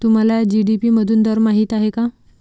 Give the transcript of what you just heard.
तुम्हाला जी.डी.पी मधून दर माहित आहे का?